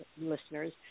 listeners